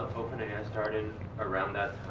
open ai starting around that